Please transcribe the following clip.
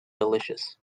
delicious